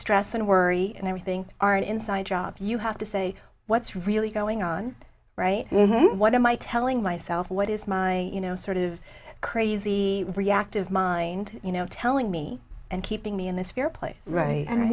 stress and worry and everything are an inside job you have to say what's really going on right now what am i telling myself what is my you know sort of crazy reactive mind you know telling me and keeping me in this fear place right and